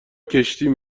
کشتیم